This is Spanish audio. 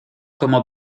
como